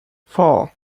four